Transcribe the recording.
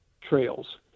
trails